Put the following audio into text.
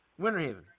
Winterhaven